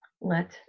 Let